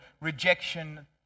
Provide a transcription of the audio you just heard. rejection